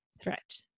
threat